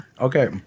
Okay